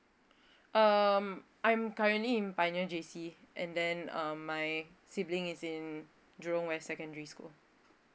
um I'm currently in pioneer J_C and then um my sibling is in jurong west secondary school